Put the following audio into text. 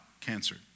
cancer